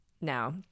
now